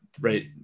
right